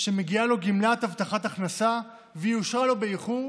שמגיעה לו גמלת הבטחת הכנסה והיא אושרה לו באיחור,